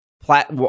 plat